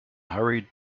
hurried